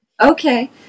Okay